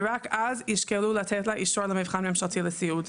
ורק אז ישקלו לתת לה אישור למבחן ממשלתי לסיעוד.